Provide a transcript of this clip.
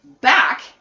back